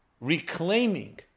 reclaiming